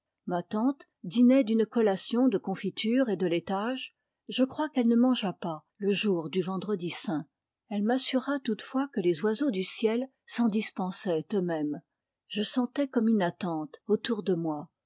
wa tante dînait fl'uje colatiqp te confiture et de l'étage je crois qu'elle ne mangea pas le jour du ypntjrgf jnt elig m'assura toutefois que les oiseaux du ciel s'en dispensaient eux-mêmes je sentais comme une attente autour de moi